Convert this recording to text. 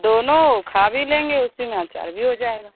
दोनों खा भी लेंगे उसी में अचार भी हो जाएगा